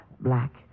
Black